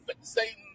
Satan